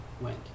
went